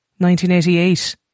1988